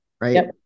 Right